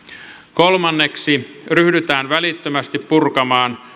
kolmanneksi ryhdytään välittömästi purkamaan